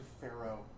Pharaoh